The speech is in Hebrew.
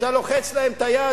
כשאתה לוחץ להם את היד,